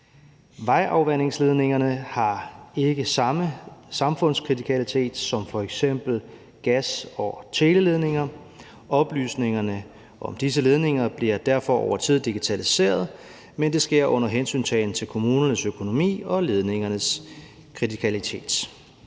vejafvandingsledningerne ikke samme samfundskritikalitet som f.eks. gas- og teleledninger. Oplysningerne om disse ledninger bliver derfor over tid digitaliseret, men det sker under hensyntagen til kommunernes økonomi og ledningernes kritikalitet.